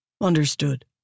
Understood